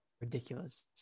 ridiculous